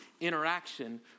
interaction